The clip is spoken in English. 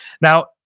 Now